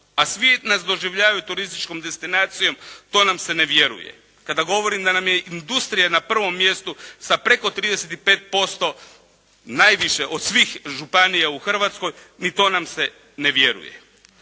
a svi nas doživljavaju turističkom destinacijom, to nam se ne vjeruje. Kada govorim da nam je industrija na prvom mjestu sa preko 35% najviše od svih županija u Hrvatskoj ni to nam se ne vjeruje.